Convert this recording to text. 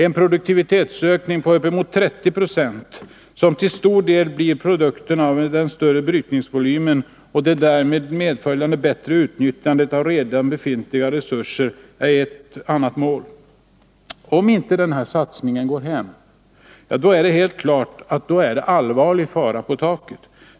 En produktivitetsökning på bortåt 30 26. som till stor del blir produkten av en större brytningsvolym och därmed ett bättre utnyttjande av redan befintliga resurser, är ett annat mål. Om inte denna satsning går hem är det, det står helt klart. allvarlig fara på taket.